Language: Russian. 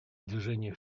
движения